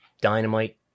dynamite